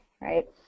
right